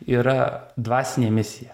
yra dvasinė misija